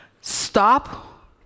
Stop